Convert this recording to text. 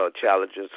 challenges